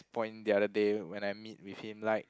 point the other day when I meet with him like